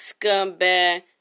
scumbag